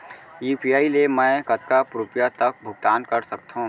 UPI ले मैं कतका रुपिया तक भुगतान कर सकथों